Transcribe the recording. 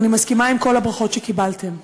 אני מסכימה עם כל הברכות שקיבלתם,